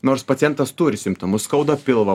nors pacientas turi simptomus skauda pilvą